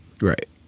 right